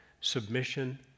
submission